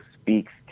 speaks